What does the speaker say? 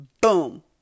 boom